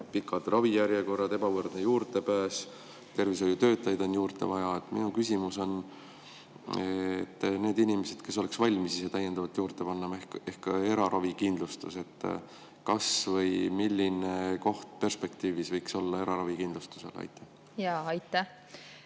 pikad ravijärjekorrad, ebavõrdne juurdepääs, tervishoiutöötajaid on juurde vaja. Minu küsimus [puudutab] neid inimesi, kes oleksid valmis ise täiendavalt juurde panema, ehk eraravikindlustust. Milline koht perspektiivis võiks olla eraravikindlustusele? Aitäh!